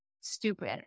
stupid